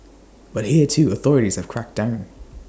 but here too authorities have cracked down